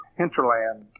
hinterland